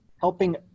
helping